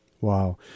Wow